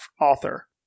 author